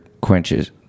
quenches